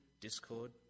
discord